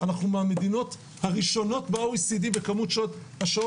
אנחנו מהמדינות הראשונות באו אי סי די בכמות השעות